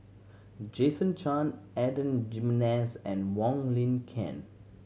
Jason Chan Adan Jimenez and Wong Lin Ken